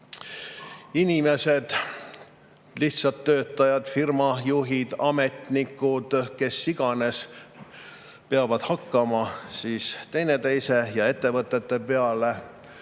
inimesed – lihtsad töötajad, firmajuhid, ametnikud, kes iganes – peavad hakkama teineteise ja ettevõtete peale